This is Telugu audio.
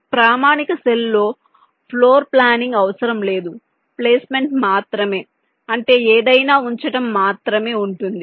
ప్రామాణిక సెల్లో ఫ్లోర్ ప్లానింగ్ అవసరం లేదు ప్లేస్మెంట్ మాత్రమేఅంటే ఏదైనా ఉంచటం మాత్రమే ఉంటుంది